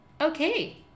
Okay